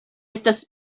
estas